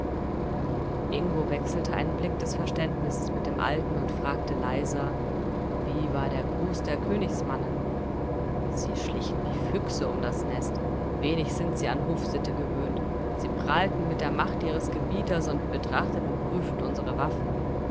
ingo wechselte einen blick des verständnisses mit dem alten und fragte leiser wie war der gruß der königsmannen sie schlichen wie füchse um das nest wenig sind sie an hofsitte gewöhnt sie prahlten mit der macht ihres gebieters und betrachteten prüfend unsere waffen